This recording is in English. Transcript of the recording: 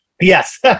Yes